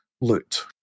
loot